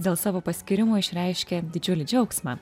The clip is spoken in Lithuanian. dėl savo paskyrimo išreiškė didžiulį džiaugsmą